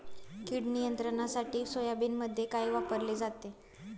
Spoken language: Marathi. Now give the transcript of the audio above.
कीड नियंत्रणासाठी सोयाबीनमध्ये काय वापरले जाते?